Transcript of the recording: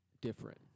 different